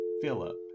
Philip